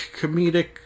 comedic